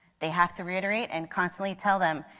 they have to reiterate and constantly tell them,